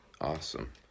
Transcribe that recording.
awesome